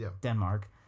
Denmark